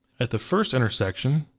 at the first intersection,